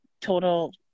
total